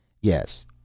Yes